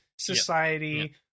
society